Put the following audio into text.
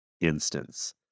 instance